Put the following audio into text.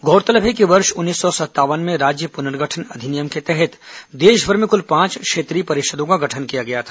गौरतलब है कि वर्ष उन्नीस सौ संतावन में राज्य पुनर्गठन अधिनियम के तहत देशभर में कुल पांच क्षेत्रीय परिषदों का गठन किया गया था